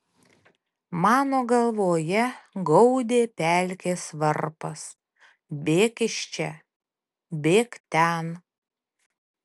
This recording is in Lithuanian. mano galvoje gaudė pelkės varpas bėk iš čia bėk ten